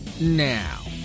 now